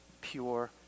pure